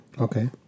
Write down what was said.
Okay